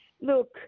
Look